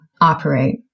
operate